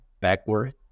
backward